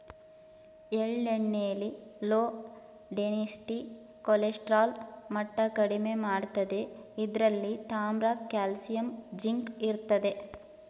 ಎಳ್ಳೆಣ್ಣೆಲಿ low density cholesterol ಮಟ್ಟ ಕಡಿಮೆ ಮಾಡ್ತದೆ ಇದ್ರಲ್ಲಿ ತಾಮ್ರ ಕಾಲ್ಸಿಯಂ ಜಿಂಕ್ ಇರ್ತದೆ